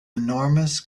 enormous